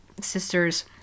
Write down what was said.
sister's